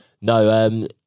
No